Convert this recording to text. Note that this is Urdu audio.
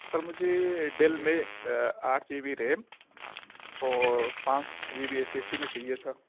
سر مجھے ڈیل میں آٹھ جی بی ریم اور پانچ سو G B S S D میں چاہیے تھا